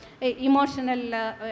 emotional